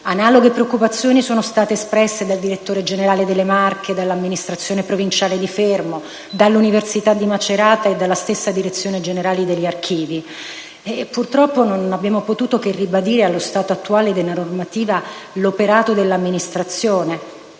Analoghe preoccupazioni sono state espresse dal direttore generale delle Marche, dall'amministrazione provinciale di Fermo, dall'Università di Macerata e dalla stessa Direzione generale degli archivi. Purtroppo, non abbiamo potuto che ribadire, allo stato attuale della normativa, l'operato dell'amministrazione,